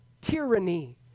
tyranny